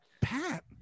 Pat